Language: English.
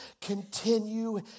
Continue